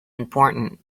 important